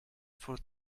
for